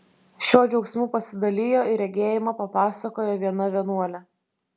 šiuo džiaugsmu pasidalijo ir regėjimą papasakojo viena vienuolė